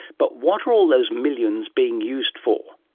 but what are all those millions being used for?